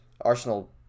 Arsenal